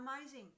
amazing